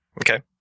Okay